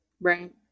right